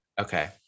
Okay